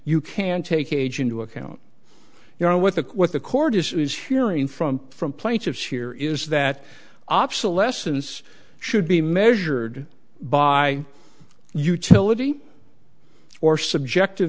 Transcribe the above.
you can't take age into account you know what the what the court is hearing from from plaintiffs here is that obsolescence should be measured by utility or subjective